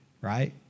right